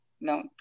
no